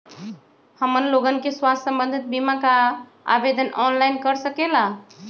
हमन लोगन के स्वास्थ्य संबंधित बिमा का आवेदन ऑनलाइन कर सकेला?